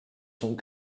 sont